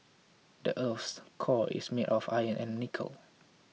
the earth's core is made of iron and nickel